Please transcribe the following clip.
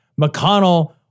McConnell